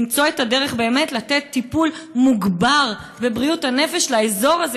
למצוא את הדרך לתת טיפול מוגבר בבריאות הנפש לאזור הזה,